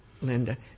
Linda